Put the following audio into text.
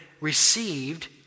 received